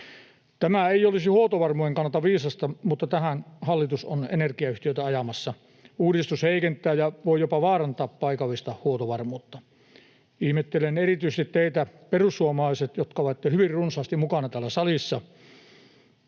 Tämä ei olisi huoltovarmuuden kannalta viisasta, mutta tähän hallitus on energiayhtiöitä ajamassa. Uudistus heikentää ja voi jopa vaarantaa paikallista huoltovarmuutta. Ihmettelen erityisesti teitä, perussuomalaiset — jotka olettekin hyvin runsaasti mukana täällä salissa.